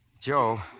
Joe